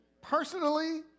personally